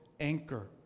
Anchor